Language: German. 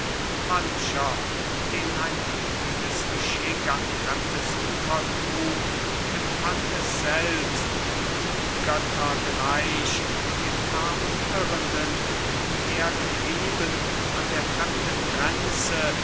mancher den ein widriges geschick an fremdes ufer trug empfand es selbst wie göttergleich dem armen irrenden umhergetrieben an der fremden gränze